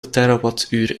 terawattuur